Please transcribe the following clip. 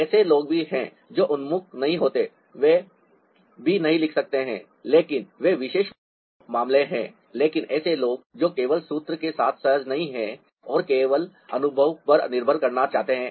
ऐसे लोग भी हैं जो उन्मुख नहीं होते हैं वे भी नहीं लिख सकते हैं लेकिन वे विशेष मामले हैं लेकिन ऐसे लोग हैं जो केवल सूत्र के साथ सहज नहीं हैं और वे केवल अनुभव पर निर्भर रहना चाहते हैं